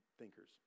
thinkers